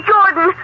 Jordan